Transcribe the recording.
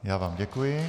Já vám děkuji.